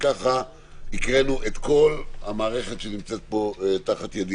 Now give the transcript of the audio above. הקראנו את כל המערכת שנמצאת כאן.